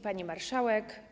Pani Marszałek!